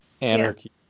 anarchy